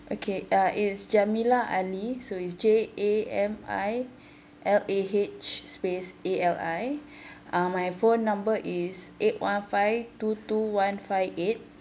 okay uh is jamilah ali so it's J A M I L A H space A L I uh my phone number is eight one five two two one five eight